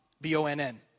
B-O-N-N